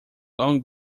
long